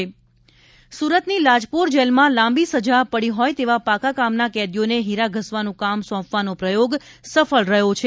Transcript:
સુરત જેલમાં હીરા ઘસુ સુરતની લાજપોર જેલમાં લાંબી સજા પડી હોય તેવા પાકા કામના કેદીઓને હીરા ઘસવાનું કામ સોંપવાનો પ્રયોગ સફળ રહ્યો છે